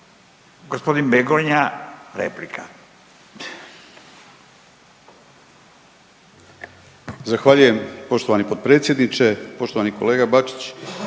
**Begonja, Josip (HDZ)** Zahvaljujem poštovani potpredsjedniče, poštovani kolega Bačić.